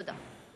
תודה.